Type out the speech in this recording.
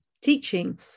teaching